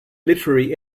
literary